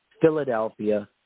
Philadelphia